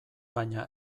baina